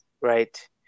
right